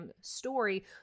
story